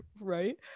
right